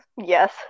Yes